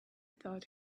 thought